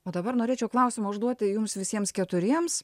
o dabar norėčiau klausimą užduoti jums visiems keturiems